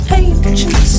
ancient